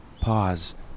pause